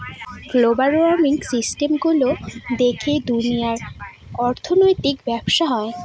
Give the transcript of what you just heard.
global system গুলো দেখে দুনিয়ার অর্থনৈতিক ব্যবসা হয়